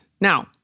Now